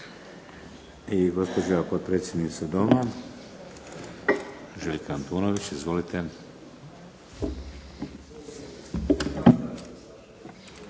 I gospođa potpredsjednica Doma, Željka Antunović.